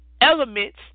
Elements